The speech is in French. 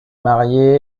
marié